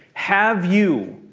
have you,